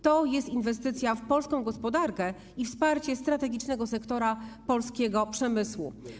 To jest inwestycja w polską gospodarkę i wsparcie strategicznego sektora polskiego przemysłu.